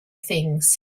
things